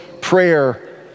prayer